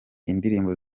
indirimbo